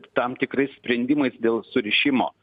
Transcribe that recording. tam tikrais sprendimais dėl surišimo